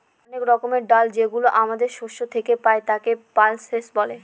অনেক রকমের ডাল যেগুলো আমাদের শস্য থেকে পাই, তাকে পালসেস বলে